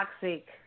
toxic